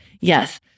Yes